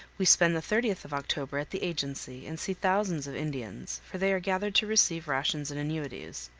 we spend the thirtieth of october at the agency and see thousands of indians, for they are gathered to receive rations and annuities.